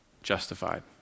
Justified